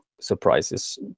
surprises